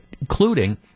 including